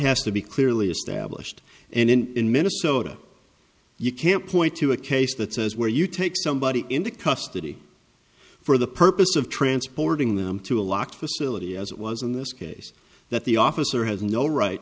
has to be clearly established and in in minnesota you can't point to a case that says where you take somebody into custody for the purpose of transporting them to a locked facility as it was in this case that the officer has no right